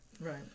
Right